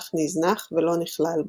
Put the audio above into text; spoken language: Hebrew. אך נזנח ולא נכלל בו.